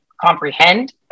comprehend